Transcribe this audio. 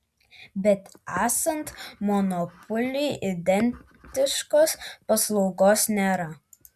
bet esant monopoliui identiškos paslaugos nėra